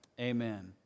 Amen